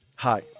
Hi